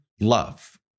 Love